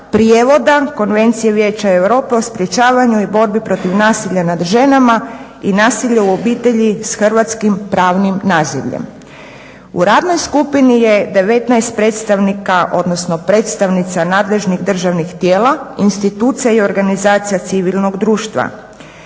prijevoda Konvencije Vijeća Europe o sprječavanju i borbi protiv nasilja nad ženama i nasilje u obitelji s hrvatskim pravnim nazivljem. U radnoj skupini je 19 predstavnika, odnosno predstavnica nadležnih državnih tijela, institucija i organizacija civilnog društva.